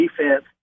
defense